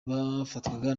bafatwaga